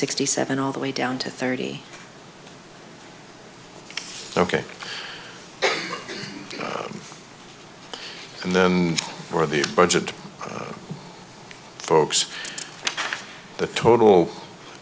sixty seven all the way down to thirty ok and then for the budget folks the total